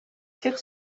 tire